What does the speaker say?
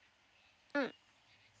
mm